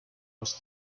was